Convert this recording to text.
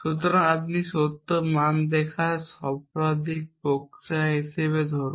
সুতরাং আপনি সত্য মান দেখার শব্দার্থিক প্রক্রিয়া হিসাবে ধরুন